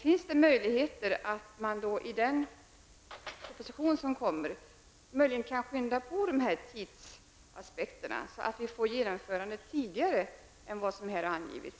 Finns det möjligheter att man i den proposition som kommer kan skynda på när det gäller tidsaspekten, så att vi får genomförandet tidigare än vad som här har angivits?